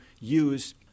use